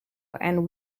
and